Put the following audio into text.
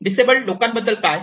disabled लोकांबद्दल काय